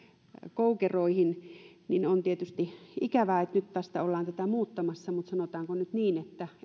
koukeroihin niin on tietysti ikävää että nyt tässä ollaan tätä muuttamassa mutta sanotaanko nyt niin että